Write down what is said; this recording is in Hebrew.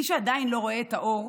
מי שעדיין לא רואה את האור,